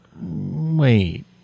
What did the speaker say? wait